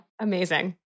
Amazing